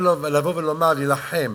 או לבוא ולהילחם